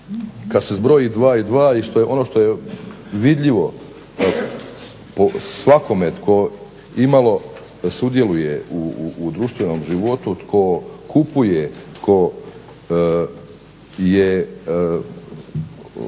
kada se zbroji 2 i 2 ono što je vidljivo svakome tko imalo sudjeluje u društvenom životu, tko kupuje, tko je